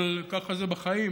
אבל ככה זה בחיים.